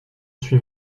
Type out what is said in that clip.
suis